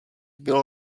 bylo